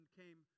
came